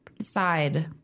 side